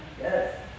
Yes